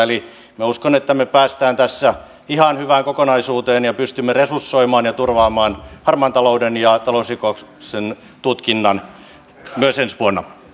eli minä uskon että me pääsemme tässä ihan hyvään kokonaisuuteen ja pystymme resursoimaan ja turvaamaan harmaan talouden ja talousrikosten tutkinnan myös ensi vuonna